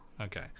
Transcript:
Okay